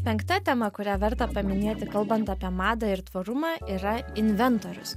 penkta tema kurią verta paminėti kalbant apie madą ir tvarumą yra inventorius